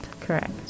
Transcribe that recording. Correct